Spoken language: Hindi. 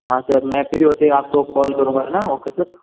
हाँ सर मैं फ़्री होते ही आपको कॉल करूँगा है न ओके सर